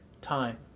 Time